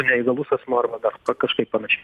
neįgalus asmuo arba dar kažkaip panašiai